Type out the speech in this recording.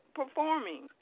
performing